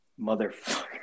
motherfucker